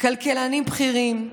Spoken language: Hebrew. כלכלנים בכירים,